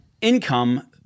income